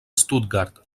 stuttgart